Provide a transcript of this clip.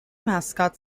mascot